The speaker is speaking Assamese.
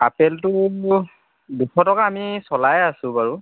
আপেলটো দুশ টকা আমি চলাইয়ে আছোঁ বাৰু